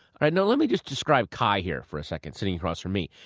ah now let me just describe kai here for a second, sitting across from me.